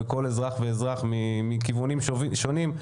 נוגעת בכל אזרח ואזרח מכיוונים שונים.